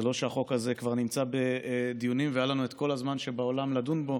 לא שהחוק הזה כבר נמצא בדיונים והיה לנו את כל הזמן שבעולם לדון בו,